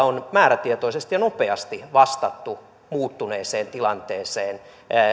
on määrätietoisesti ja nopeasti vastattu muuttuneeseen tilanteeseen